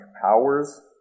powers